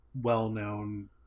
well-known